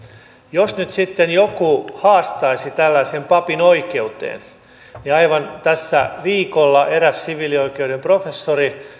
jos nyt sitten joku haastaisi tällaisen papin oikeuteen niin aivan tässä viikolla eräs siviilioikeuden professori